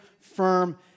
firm